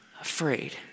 afraid